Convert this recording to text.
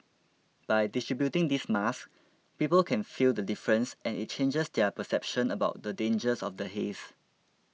by distributing these masks people can feel the difference and it changes their perception about the dangers of the haze